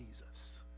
Jesus